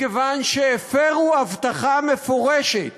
מכיוון שהפרו הבטחה מפורשת